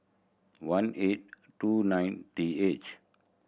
one eight two nine T H